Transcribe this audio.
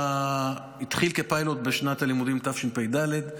שהתחיל כפיילוט בשנת הלימודים תשפ"ד,